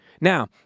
Now